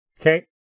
Okay